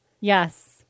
Yes